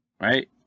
right